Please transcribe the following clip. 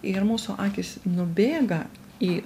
ir mūsų akys nubėga į